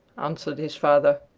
answered his father.